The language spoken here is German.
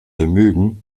vermögen